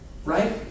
right